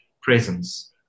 presence